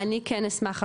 אני כן אשמח,